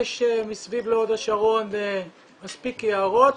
יש סביב להוד השרון מספיק יערות.